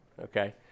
okay